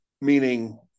Meaning